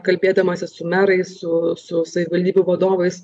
kalbėdamasis su merais su su savivaldybių vadovais